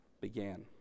began